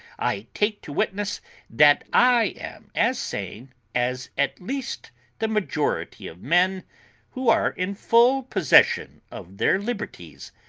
i take to witness that i am as sane as at least the majority of men who are in full possession of their liberties.